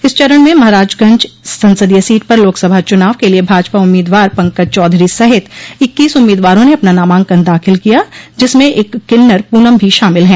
इस चरण में महराजगंज संसदीय सीट पर लोकसभा चुनाव के लिये भाजपा उम्मीदवार पंकज चौधरी सहित इक्कीस उम्मीदवारों ने अपना नामांकन दाखिल किया जिसमें एक किन्नर पूनम भी शामिल है